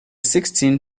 sixteen